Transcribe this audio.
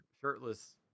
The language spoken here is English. shirtless